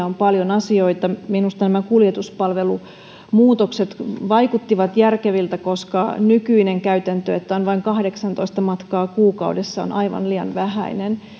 on paljon asioita minusta nämä kuljetuspalvelumuutokset vaikuttivat järkeviltä koska nykyinen käytäntö että on vain kahdeksantoista matkaa kuukaudessa on aivan liian vähäinen